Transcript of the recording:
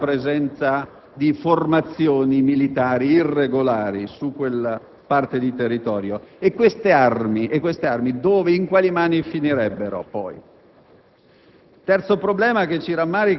Quali sono le motivazioni?